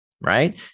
right